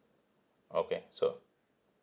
okay so